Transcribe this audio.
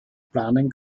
planen